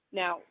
now